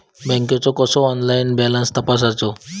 बँकेचो कसो online balance तपासायचो?